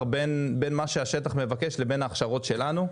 בין מה שהשטח מבקש לבין ההכשרות שלנו,